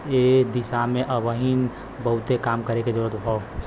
एह दिशा में अबहिन बहुते काम करे के जरुरत हौ